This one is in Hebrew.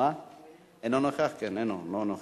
לא נוכח.